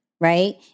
right